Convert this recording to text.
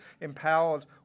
empowered